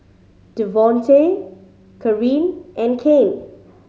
Devonte Kareen and Kane